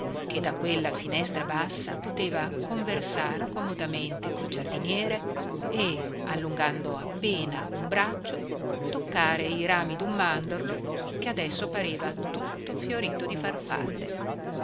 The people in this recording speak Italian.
che da quella finestra bassa poteva conversar comodamente col giardiniere e allungando appena un braccio toccare i rami dun mandorlo che adesso pareva tutto fiorito di farfalle